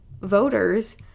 voters